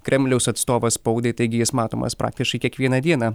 kremliaus atstovas spaudai taigi jis matomas praktiškai kiekvieną dieną